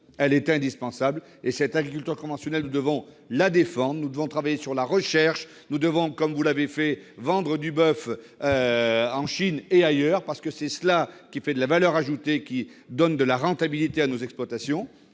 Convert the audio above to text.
balance commerciale. Cette agriculture conventionnelle, nous devons la défendre, nous devons travailler sur la recherche, nous devons vendre du boeuf en Chine et ailleurs, parce que c'est cela qui produit de la valeur ajoutée et qui donne de la rentabilité à nos exploitations.